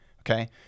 okay